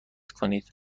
کنید